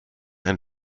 ein